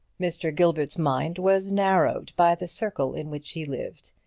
mr. gilbert's mind was narrowed by the circle in which he lived.